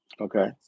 Okay